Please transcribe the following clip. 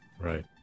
Right